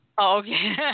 Okay